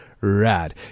rad